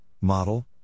Model